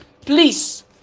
please